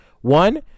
one